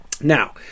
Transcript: Now